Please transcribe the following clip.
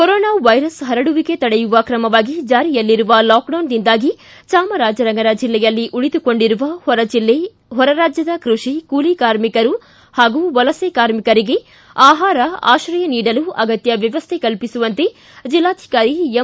corona virus ಪರಡುವಿಕೆ ತಡೆಯುವ ಕ್ರಮವಾಗಿ ಜಾರಿಯಲ್ಲಿರುವ ಲಾಕ್ಡೌನ್ದಿಂದಾಗಿ ಜಾಮರಾಜನಗರ ಜಿಲ್ಲೆಯಲ್ಲೇ ಉಳಿದುಕೊಂಡಿರುವ ಹೊರಜಿಲ್ಲೆ ಹೊರರಾಜ್ಯದ ಕೈಷಿ ಕೂಲಿ ಕಾರ್ಮಿಕರು ಹಾಗೂ ವಲಸೆ ಕಾರ್ಮಿಕರಿಗೆ ಆಹಾರ ಆಶ್ರಯ ನೀಡಲು ಅಗತ್ಯ ವ್ಯವಸ್ಥೆ ಕಲ್ಪಿಸುವಂತೆ ಜಿಲ್ಲಾಧಿಕಾರಿ ಎಂ